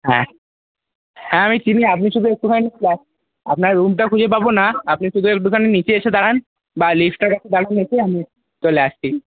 হ্যাঁ হ্যাঁ আমি চিনি আপনি শুধু একটুখানি আপনার রুমটা খুঁজে পাব না আপনি শুধু একটুখানি নিচে এসে দাঁড়ান বা লিফটটার কাছে দাঁড়ান এসে আমি চলে আসছি